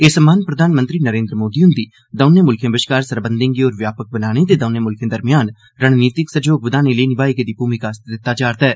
एह् सम्मान प्रधानमंत्री नरेन्द्र मोदी हुंदी दौनें मुल्खें बश्कार सरबंधें गी होर व्यापक बनाने ते दौनें मुलखें बश्कार रणनीति सैह्योग बधाने लेई नमाई गेदी भूमका आस्तै दित्ता जा'रदा ऐ